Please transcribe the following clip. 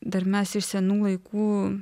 dar mes iš senų laikų